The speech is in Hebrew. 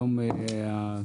למה לא עשו עם זה משהו.